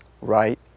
right